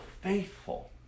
faithful